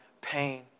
pain